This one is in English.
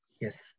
Yes